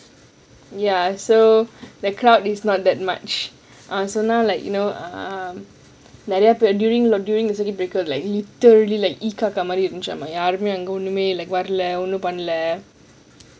ya so the crowd is not that much ah so now like you know நெறைய பேரு:neraya peru during the during the circuit breaker like literally like ஈ காக்கா மாறி இருந்துச்சு யாருமே இல்ல:ii kaakkaa maari irundthuchsu yaarumee illa